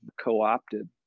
co-opted